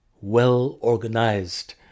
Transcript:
well-organized